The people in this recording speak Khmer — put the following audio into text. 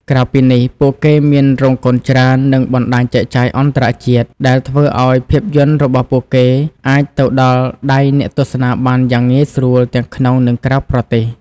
ក្រៅពីនេះ ពួកគេមានរោងកុនច្រើន និងបណ្តាញចែកចាយអន្តរជាតិ ដែលធ្វើឲ្យភាពយន្តរបស់ពួកគេអាចទៅដល់ដៃអ្នកទស្សនាបានយ៉ាងងាយស្រួលទាំងក្នុង និងក្រៅប្រទេស។